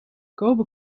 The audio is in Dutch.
kobe